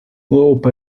uropa